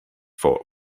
for